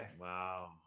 Wow